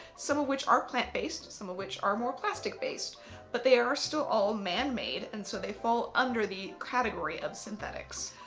some of which are plant-based some of which are more plastic based but they are still all man-made and so they fall under the category of synthetics.